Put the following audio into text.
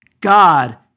God